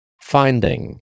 Finding